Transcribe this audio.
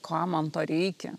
kam man to reikia